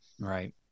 Right